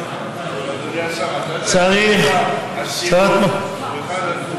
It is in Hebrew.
אדוני השר, אתה יודע שחברות הסיעוד הן אחד